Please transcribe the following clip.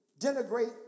denigrate